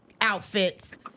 outfits